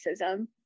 racism